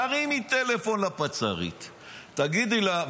תרימי טלפון לפצ"רית ותגידי לה,